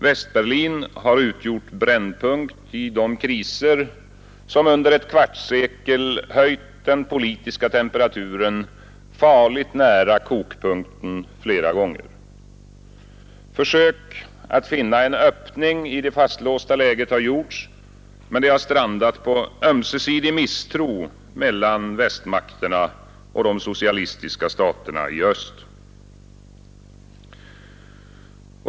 Västberlin har utgjort brännpunkt i de kriser som under ett kvartssekel höjt den politiska temperaturen farligt nära kokpunkten flera gånger. Försök att finna en öppning i det fastlåsta läget har gjorts, men de har strandat på ömsesidig misstro mellan västmakterna och de socialistiska staterna i öst.